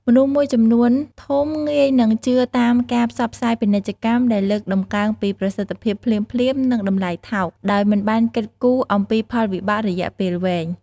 មនុស្សមួយចំនួនធំ ងាយនឹងជឿតាមការផ្សព្វផ្សាយពាណិជ្ជកម្មដែលលើកតម្កើងពីប្រសិទ្ធភាពភ្លាមៗ និងតម្លៃថោក ដោយមិនបានគិតគូរអំពីផលវិបាករយៈពេលវែង។